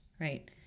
right